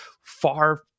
far